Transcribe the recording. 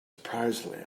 surprisingly